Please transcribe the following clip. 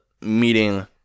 meeting